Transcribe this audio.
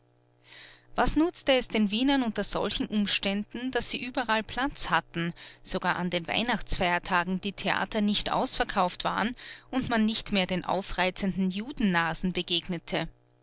was nutzte es den wienern unter solchen umständen daß sie überall platz hatten sogar an den weihnachtsfeiertagen die theater nicht ausverkauft waren und man nicht mehr den aufreizenden judennasen begegnete